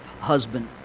husband